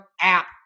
app